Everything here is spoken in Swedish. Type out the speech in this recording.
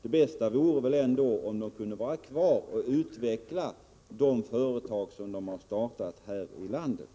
Det bästa vore om de kunde vara kvar och utveckla de företag som de har startat här i landet.